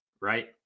right